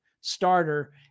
starter